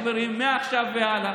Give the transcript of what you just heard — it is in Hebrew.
חברים: מעכשיו והלאה,